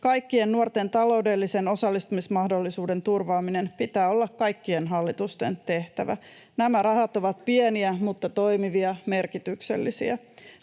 kaikkien nuorten taloudellisen osallistumismahdollisuuden, turvaaminen pitää olla kaikkien hallitusten tehtävä. Nämä rahat ovat pieniä mutta toimivia, merkityksellisiä.